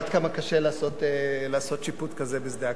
עד כמה קשה לעשות שיפוט כזה בשדה הקרב.